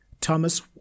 Thomas